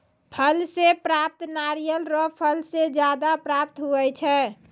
फल से प्राप्त नारियल रो फल से ज्यादा प्राप्त हुवै छै